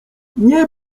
nie